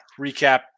recap